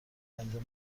انجام